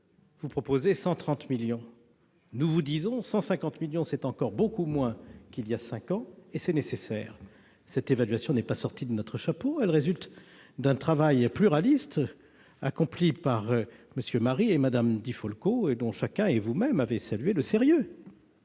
Vous proposez 130 millions ; nous vous disons que 150 millions d'euros, c'est encore beaucoup moins qu'il y a cinq ans et c'est nécessaire. Cette évaluation n'est pas sortie de notre chapeau, elle résulte d'un travail pluraliste mené par M. Marie et Mme Di Folco, dont chacun, y compris vous-même, a salué le sérieux.